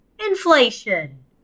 inflation